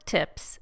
Tips